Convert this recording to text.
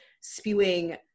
spewing